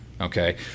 Okay